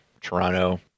toronto